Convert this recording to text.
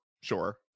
sure